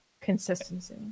consistency